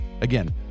Again